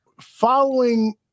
following